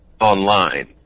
online